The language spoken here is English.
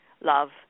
love